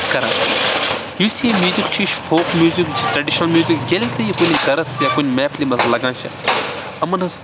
کَران یُس یہِ میوٗزِک چھُ یہِ چھُ فوک میوٗزِک یہِ چھُ ٹرٛیٚڈِشنَل میوٗزِک ییٚلہِ تہِ یہِ کُنہِ گَھرَس یا کُنہِ محفلہِ منٛز لَگان چھِ یِمَن ہنٛز